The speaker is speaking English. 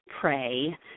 pray